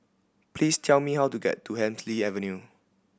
please tell me how to get to Hemsley Avenue